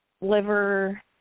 liver